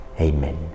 Amen